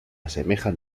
asemejan